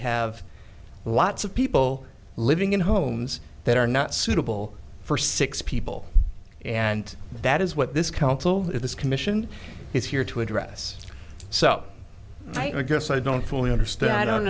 have lots of people living in homes that are not suitable for six people and that is what this council this commission is here to address so i guess i don't fully understand i don't